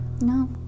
No